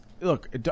look